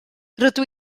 rydw